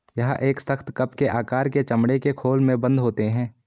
यह एक सख्त, कप के आकार के चमड़े के खोल में बन्द होते हैं